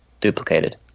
duplicated